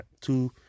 two